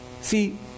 See